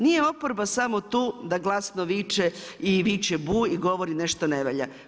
Nije oporba samo tu da glasno viče i viče bu i govori što ne valja.